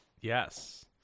Yes